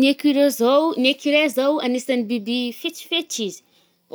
Ny écureu- zao, ny écureil zao agnisan’ny biby ih fetsifetsy izy.